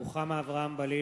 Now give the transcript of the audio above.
(קורא בשמות חברי הכנסת) רוחמה אברהם-בלילא,